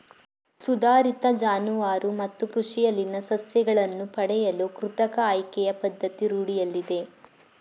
ಸುಧಾರಿತ ಜಾನುವಾರು ಮತ್ತು ಕೃಷಿಯಲ್ಲಿನ ಸಸ್ಯಗಳನ್ನು ಪಡೆಯಲು ಕೃತಕ ಆಯ್ಕೆಯ ಪದ್ಧತಿ ರೂಢಿಯಲ್ಲಿದೆ